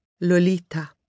Lolita